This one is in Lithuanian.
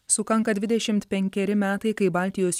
sukanka dvidešimt penkeri metai kai baltijos